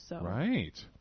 Right